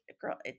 girl